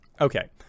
Okay